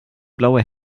blaue